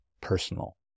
personal